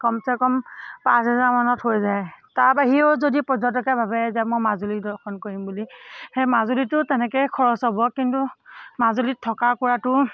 কমচে কম পাঁচ হেজাৰমানত হৈ যায় তাৰ বাহিৰেও যদি পৰ্যটকে ভাৱে যে মই মাজুলি দৰ্শন কৰিম বুলি সেই মাজুলিটো তেনেকেই খৰচ হ'ব কিন্তু মাজুলীত থকা কৰাটো